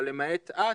אבל למעט את,